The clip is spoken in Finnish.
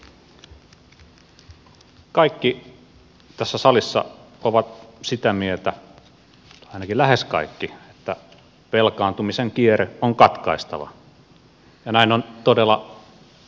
kaikki tässä salissa ovat sitä mieltä ainakin lähes kaikki että velkaantumisen kierre on katkaistava ja näin on todella tapahtunut